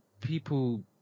people